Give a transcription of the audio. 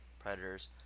Predators